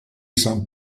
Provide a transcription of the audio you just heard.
san